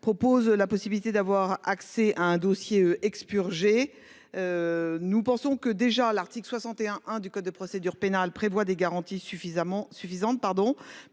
évoquent la possibilité d'avoir accès à un dossier expurgé. Nous pensons que l'article 61-1 du code de procédure pénale contient déjà des garanties suffisantes